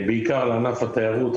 בעיקר לענפי התיירות,